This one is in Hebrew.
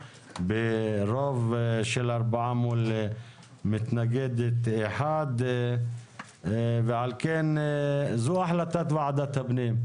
ברוב של ארבעה מול מתנגדת אחת ועל כן זו החלטת ועדת הפנים.